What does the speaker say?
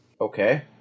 Okay